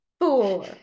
four